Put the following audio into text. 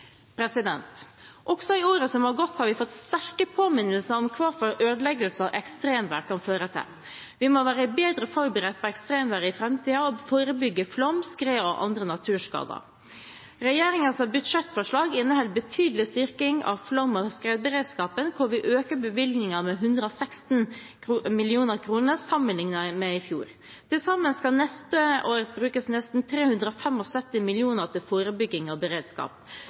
Også i årene som har gått, har vi fått sterke påminnelser om hvilke ødeleggelser ekstremvær kan føre til. Vi må være bedre forberedt på ekstremvær i framtiden og forebygge flom, skred og andre naturskader. Regjeringens budsjettforslag inneholder betydelig styrking av flom- og skredberedskapen, og vi øker bevilgningen med 116 mill. kr sammenlignet med i fjor. Neste år skal det brukes nesten 375 mill. kr til forebygging og beredskap.